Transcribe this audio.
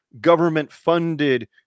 government-funded